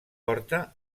porta